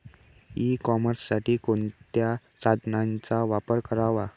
E कॉमर्ससाठी कोणत्या साधनांचा वापर करावा?